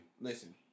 listen